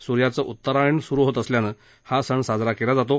स्र्याचं उतरायण स्रु होत असल्यानं हा सण साजरा केला जातो